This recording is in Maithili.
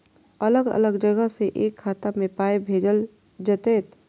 अलग अलग जगह से एक खाता मे पाय भैजल जेततै?